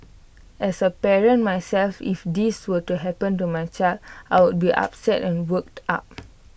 as A parent myself if this were to happen to my child I would be upset and worked up